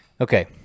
Okay